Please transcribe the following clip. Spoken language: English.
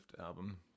album